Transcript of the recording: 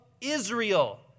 Israel